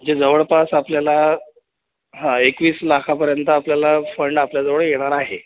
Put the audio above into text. जे जवळपास आपल्याला हं एकवीस लाखापर्यंत आपल्याला फंड आपल्याजवळ येणार आहे